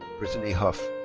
brittany huff.